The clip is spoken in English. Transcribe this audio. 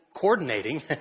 coordinating